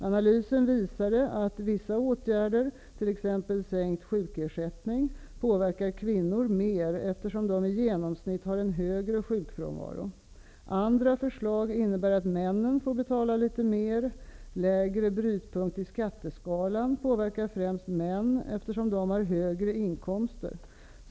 Analysen visade att vissa åtgärder, t.ex. sänkt sjukersättning, påverkar kvinnor mer, eftersom de i genomsnitt har en högre sjukfrånvaro. Andra förslag innebär att männen får betala litet mer: Lägre brytpunkt i skatteskalan påverkar främst män, eftersom de har högre inkomster.